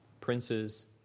princes